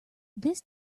this